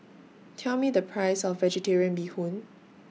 Tell Me The Price of Vegetarian Bee Hoon